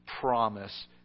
promise